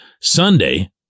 Sunday